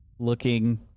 looking